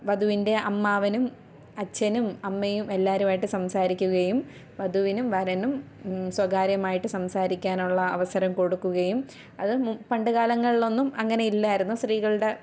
വധുവിൻ്റെ അമ്മാവനും അച്ഛനും അമ്മയും എല്ലാവരുമായിട്ട് സംസാരിക്കുകയും വധുവിനും വരനും സ്വകാര്യമായിട്ട് സംസാരിക്കാനുള്ള അവസരം കൊടുക്കുകയും അത് പണ്ട് കാലങ്ങളിലൊന്നും അങ്ങനെ ഇല്ലായിരുന്നു സ്ത്രീകളുടെ